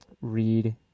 read